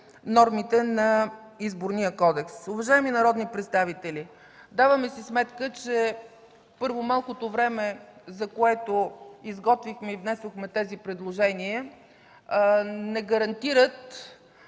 нормите на Изборния кодекс. Уважаеми народни представители, даваме си сметка, че първо, малкото време, за което изготвихме и внесохме тези предложения, не гарантира